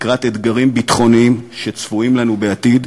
לקראת אתגרים ביטחוניים שצפויים לנו בעתיד,